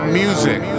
music